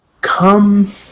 come